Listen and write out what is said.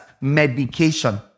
medication